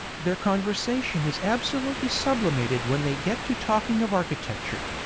their conversation is absolutely sublimated when they get to talking of architecture.